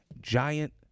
giant